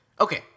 Okay